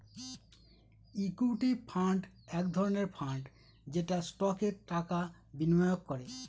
equity fund এক ধরনের fund যেটা স্টকে টাকা বিনিয়োগ করে